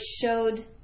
showed